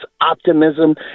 optimism